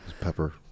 pepper